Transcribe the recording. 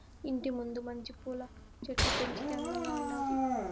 ఇంటి ముందు మంచి పూల చెట్లు పెంచితే అందంగా ఉండాది